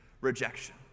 rejection